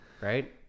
right